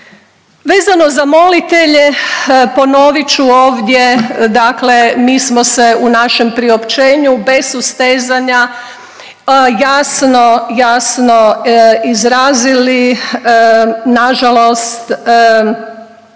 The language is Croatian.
Vezano za molitelje ponovit ću ovdje, dakle mi smo se u našem priopćenju bez ustezanja jasno izrazili. Na žalost